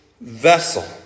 vessel